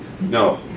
No